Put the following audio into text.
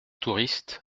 touriste